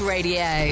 Radio